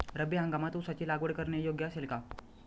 रब्बी हंगामात ऊसाची लागवड करणे योग्य असेल का?